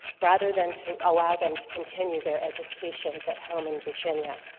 rather than to allow them to continue their educations at home, in virginia.